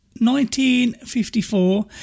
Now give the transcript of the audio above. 1954